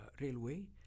railway